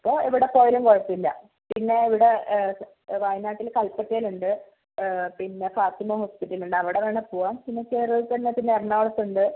അപ്പോൾ എവിടെ പോയാലും കുഴപ്പമില്ല പിന്നെ ഇവിടെ വയനാട്ടിൽ കൽപ്പറ്റയിലുണ്ട് പിന്നെ ഫാത്തിമ ഹോസ്പിറ്റൽ ഉണ്ട് അവിടെ വേണമെങ്കിൽ പോവാം പിന്നെ വേറെ കേരളത്തിൽ തന്നെ പിന്നെ എറണാകുളത്തുണ്ട്